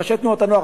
ראשי תנועות הנוער.